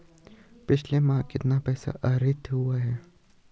पिछले माह कितना पैसा आहरित हुआ है?